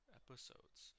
episodes